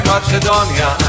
Macedonia